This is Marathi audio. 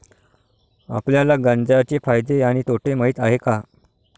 आपल्याला गांजा चे फायदे आणि तोटे माहित आहेत का?